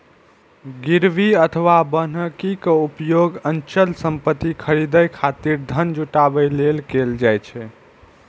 गिरवी अथवा बन्हकी के उपयोग अचल संपत्ति खरीदै खातिर धन जुटाबै लेल कैल जाइ छै